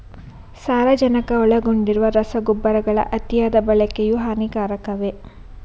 ಸಾರಜನಕ ಒಳಗೊಂಡಿರುವ ರಸಗೊಬ್ಬರಗಳ ಅತಿಯಾದ ಬಳಕೆಯು ಹಾನಿಕಾರಕವೇ?